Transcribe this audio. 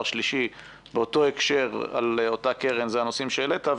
שלישי באותו הקשר על אותה קרן והנושאים שהעלית.